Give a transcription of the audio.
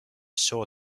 saw